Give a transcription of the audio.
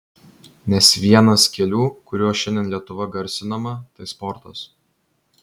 nes vienas kelių kuriuo šiandien lietuva garsinama tai sportas